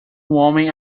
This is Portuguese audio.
homem